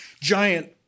giant